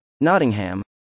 Nottingham